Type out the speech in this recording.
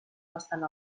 bastant